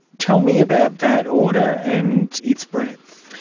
tell me about that order and its breadth.